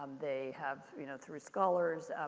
um they have, you know, through scholars.